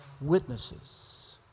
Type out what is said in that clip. witnesses